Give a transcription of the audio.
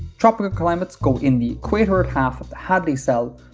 tropical climates go in the equator at half of the hadley cell,